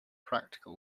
practical